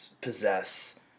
possess